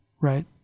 right